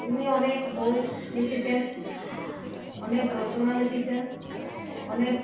তিনি অনেক বই লিখেছেন অনেক রচনা লিখেছেন অনেক